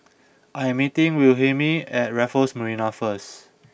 I am meeting Wilhelmine at Raffles Marina first